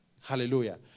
Hallelujah